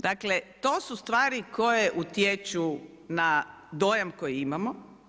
Dakle, to su stvari koje utječu na dojam koji imamo.